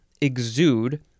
exude